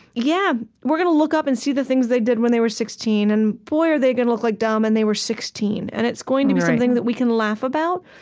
yeah, we're going to look up and see the things they did when they were sixteen, and, boy, are they going to look like dumb when and they were sixteen. and it's going to be something that we can laugh about.